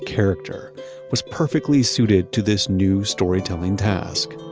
character was perfectly suited to this new storytelling task,